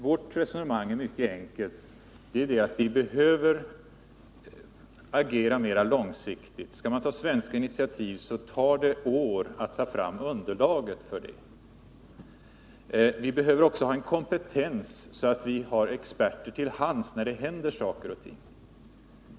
Vårt resonemang är mycket enkelt. Vi behöver agera mer långsiktigt. Skall vi svenskar ta initiativ, tar det år att få fram underlaget härför. Vi behöver också ha en kompetens, så att vi har experter till hands när det händer saker och ting.